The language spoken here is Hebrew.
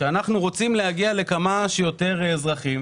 שאנחנו רוצים להגיע לכמה שיותר אזרחים,